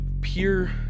Pure